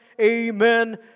Amen